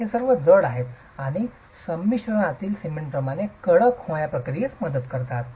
हे सर्व जड आहेत आणि संमिश्रातील सिमेंटप्रमाणे कडक होण्याच्या प्रक्रियेस मदत करतात